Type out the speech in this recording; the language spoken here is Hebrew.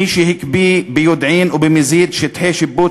מי שהקפיא ביודעין ובמזיד שטחי שיפוט